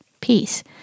peace